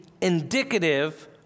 indicative